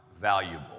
valuable